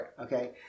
Okay